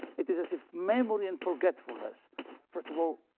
it as as if memory and forgetfulness first of all,